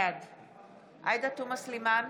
בעד עאידה תומא סלימאן,